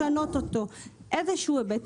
לשנות אותו באיזשהו היבט,